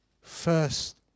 first